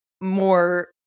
more –